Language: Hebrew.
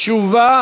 תשובה